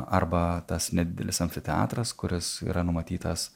arba tas nedidelis amfiteatras kuris yra numatytas